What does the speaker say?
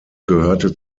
gehörte